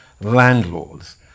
landlords